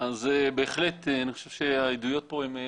אז בהחלט, אני חושב שהעדויות פה הן נכונות: